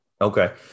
Okay